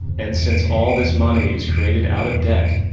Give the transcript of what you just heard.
and, since all this money is created out of debt,